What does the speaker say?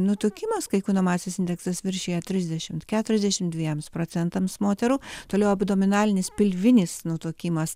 nutukimas kai kūno masės indeksas viršija trisdešimt keturiasdešimt dviems procentams moterų toliau abdominalinis pilvinis nutukimas